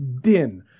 din